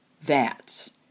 VATS